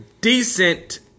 decent